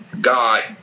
God